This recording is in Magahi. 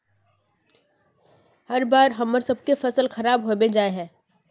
हर बार हम्मर सबके फसल खराब होबे जाए है?